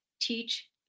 teach